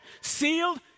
Sealed